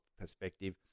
perspective